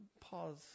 pause